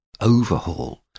overhaul